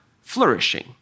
flourishing